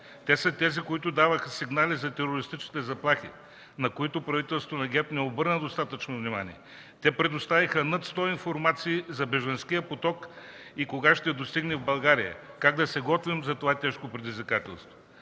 Те са тези, които даваха сигнали за терористичните заплахи, на които правителството на ГЕРБ не обърна достатъчно внимание. Те предоставиха над 100 информации за бежанския поток и кога ще достигне в България, как да се готвим за това тежко предизвикателство.